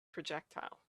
projectile